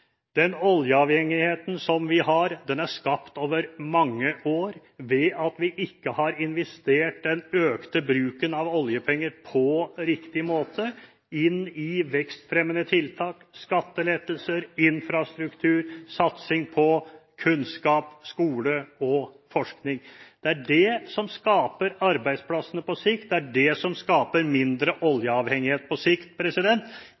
Den oljeavhengigheten vi har, er skapt over mange år ved at vi ikke har investert den økte bruken av oljepenger på riktig måte inn i vekstfremmende tiltak, skattelettelser, infrastruktur, satsing på kunnskap, skole og forskning. Det er det som skaper arbeidsplassene på sikt, det er det som skaper mindre oljeavhengighet på sikt.